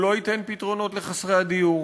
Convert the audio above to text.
הוא לא ייתן פתרונות לחסרי הדיור,